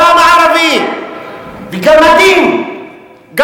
ריגל לטובת מדינת אויב.